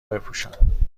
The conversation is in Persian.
بپوشم